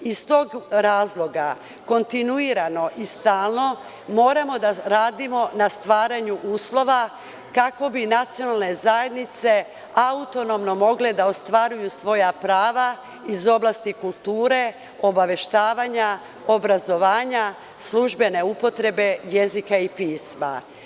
Iz tog razloga kontinuiranog i stalno moramo da radimo na stvaranju uslova kako bi nacionalne zajednice autonomno mogle da ostvaruju svoja prava iz oblasti kulture, obaveštavanja, obrazovanja, službene upotrebe jezika i pisma.